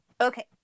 Okay